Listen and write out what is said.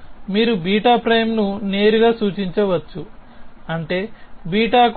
అప్పుడు మీరు β' ను నేరుగా సూచించవచ్చుఅంటే